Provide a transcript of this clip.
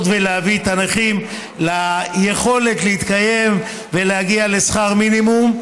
ולהביא את הנכים ליכולת להתקיים ולהגיע לשכר מינימום.